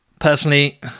personally